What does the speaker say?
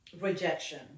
rejection